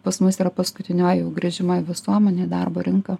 pas mus yra paskutinioji jų grįžimo į visuomenę į darbo rinką